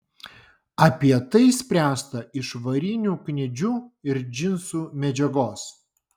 apie tai spręsta iš varinių kniedžių ir džinsų medžiagos